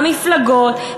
המפלגות,